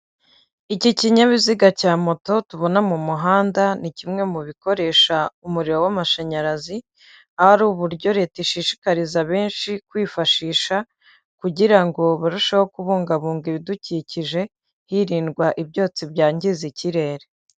Iki kinyabiziga cya moto tubona mu muhanda, ni kimwe mu bikoresha umuriro w'amashanyarazi, aho ari uburyo Leta ishishikariza benshi kwifashisha, kugira ngo barusheho kubungabunga ibidukikije, hirindwa ibyotsi byangiza ikirere.